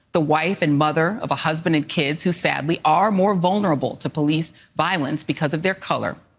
the wife and mother of a husband and kids who sadly are more vulnerable to police violence because of their color.